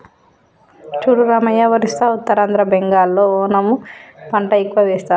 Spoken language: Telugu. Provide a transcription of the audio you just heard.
చూడు రామయ్య ఒరిస్సా ఉత్తరాంధ్ర బెంగాల్లో ఓనము పంట ఎక్కువ వేస్తారు